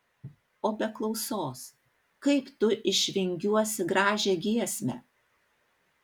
o be klausos kaip tu išvingiuosi gražią giesmę